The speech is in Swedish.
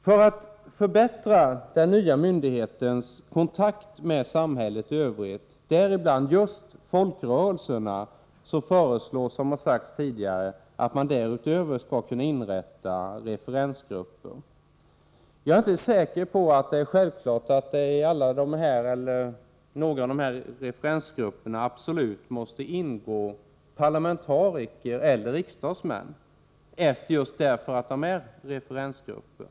För att förbättra den nya myndighetens kontakt med samhället i övrigt, däribland just folkrörelserna, föreslås att referensgrupper skall kunna inrättas. Jag är inte säker på att det är självklart att det i dessa referensgrupper absolut måste finnas parlamentariker eller riksdagsmän — just därför att det handlar om referensgrupper.